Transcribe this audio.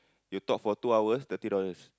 you talk for two hours thirty dollars